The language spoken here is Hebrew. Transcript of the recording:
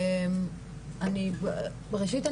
ראשית,